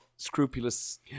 Scrupulous